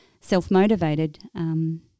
self-motivated